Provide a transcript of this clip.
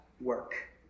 work